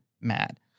Mad